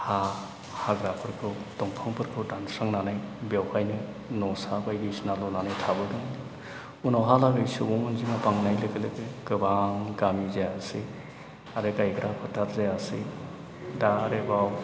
हा हाग्राफोरखौ दंफांफोरखौ दानस्रांनानै बेवहायनो न'सा बायदिसिना लुनानै थाबोदों उनावहालागै सुबुं अनजिमा बांनाय लोगो लोगो गोबां गामि जायासै आरो गायग्रा फोथार जायासै दा आरोबाव